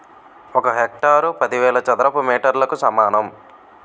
ఒక హెక్టారు పదివేల చదరపు మీటర్లకు సమానం